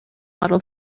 model